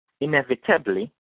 inevitably